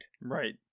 Right